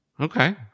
Okay